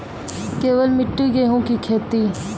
केवल मिट्टी गेहूँ की खेती?